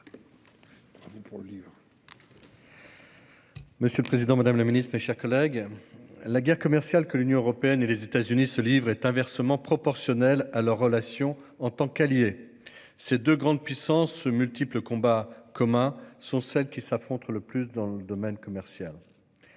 Monsieur le président, madame la secrétaire d'État, mes chers collègues, la guerre commerciale que l'Union européenne et les États-Unis se livrent est inversement proportionnelle à leur relation en tant qu'alliés. Ces deux grandes puissances, aux multiples combats communs, sont celles qui s'affrontent le plus dans le domaine commercial